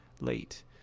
late